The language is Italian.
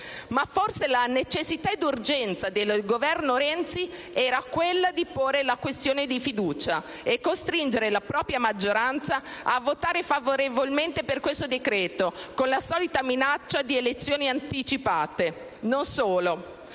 Ma forse la necessità ed urgenza del Governo Renzi era quella di porre la questione di fiducia e costringere la propria maggioranza a votare favorevolmente per questo decreto con la solita minaccia di elezioni anticipate. Non solo: